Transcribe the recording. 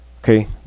Okay